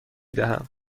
دهم